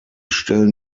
stellen